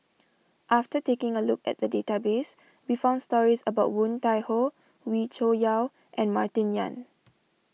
after taking a look at the database we found stories about Woon Tai Ho Wee Cho Yaw and Martin Yan